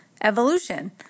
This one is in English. evolution